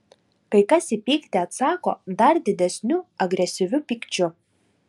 kai kas į pyktį atsako dar didesniu agresyviu pykčiu